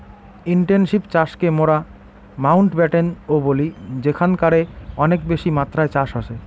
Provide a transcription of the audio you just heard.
intensive চাষকে মোরা Mountbatten ও বলি যেখানকারে অনেক বেশি মাত্রায় চাষ হসে